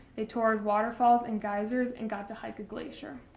they toured water falls and geysers and got to hike a glacier.